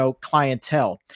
clientele